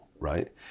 Right